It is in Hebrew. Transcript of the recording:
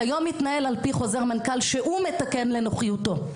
כיום מתנהל על-פי חוזר מנכ"ל שהוא מתקן לנוחיותו,